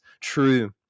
true